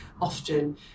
often